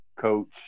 Coach